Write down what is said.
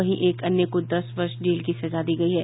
वहीं एक अन्य को दस वर्ष जेल की सजा दी गयी है